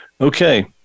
Okay